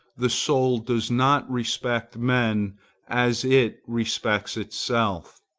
the soul does not respect men as it respects itself.